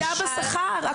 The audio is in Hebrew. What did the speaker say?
עלייה בשכר,